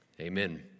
Amen